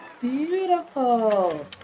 Beautiful